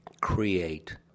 create